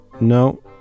No